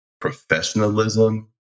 professionalism